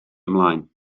ymlaen